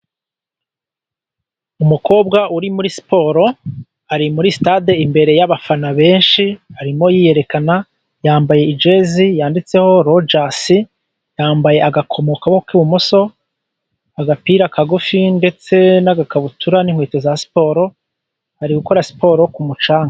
Umukobwa uri muri siporo, ari muri sitade imbere y'abafana benshi, arimo yiyerekana, yambaye ijezi yanditseho rojasi, yambaye agakomo ku kaboko k'ibumoso, agapira kagufi ndetse n'agakabutura n'inkweto za siporo, ari gukora siporo ku mucanga.